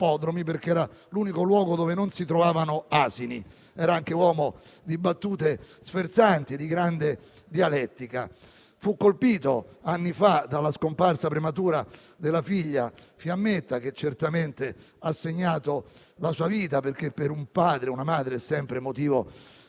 perché era l'unico luogo dove non si trovavano asini. Era anche un uomo di battute sferzanti e di grande dialettica. Fu colpito anni fa dalla scomparsa prematura della figlia Fiammetta, che certamente ha segnato la sua vita, perché per un padre è sempre motivo innaturale